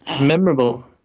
Memorable